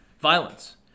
violence